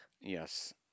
Yes